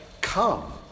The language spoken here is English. Come